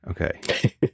Okay